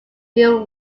real